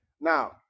Now